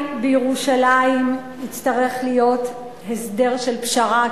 בירושלים יצטרך להיות הסדר של פשרה,